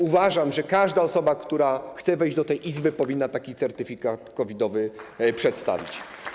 Uważam, że każda osoba, która chce wejść do tej Izby, powinna taki certyfikat przedstawić.